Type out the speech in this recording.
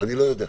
אני לא יודע.